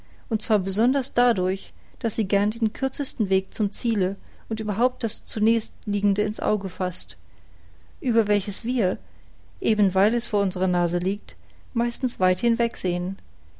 und zwar besonders dadurch daß sie gern den kürzesten weg zum ziele und überhaupt das zunächst liegende ins auge faßt über welches wir eben weil es vor unserer nase liegt meistens weit